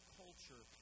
culture